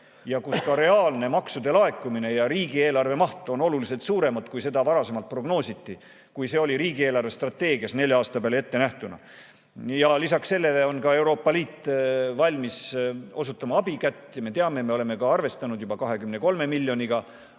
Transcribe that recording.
ja kus ka reaalne maksude laekumine ja riigieelarve maht on oluliselt suuremad, kui seda varasemalt prognoositi, kui see oli riigi eelarvestrateegias nelja aasta peale ette nähtuna. Lisaks sellele on ka Euroopa Liit valmis ulatama abikätt ja me oleme arvestanud juba 23 miljoniga,